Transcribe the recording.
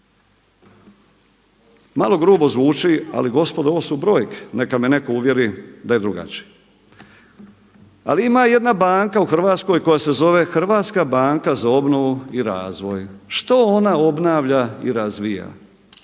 Malo grubo zvuči ali gospodo ovo su brojke, neka me neko uvjeri da je drugačije. Ali ima jedna banka u Hrvatskoj koja se zove HBOR. Što ona obnavlja i razvija?